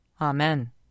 Amen